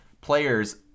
players